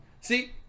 See